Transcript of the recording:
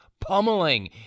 pummeling